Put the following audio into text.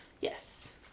Yes